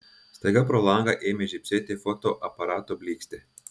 staiga pro langą ėmė žybsėti fotoaparato blykstė